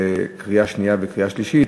קריאה שנייה וקריאה שלישית.